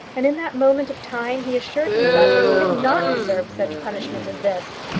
and in that moment of time he assured himself that he had not deserved such punishment as this.